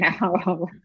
now